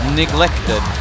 neglected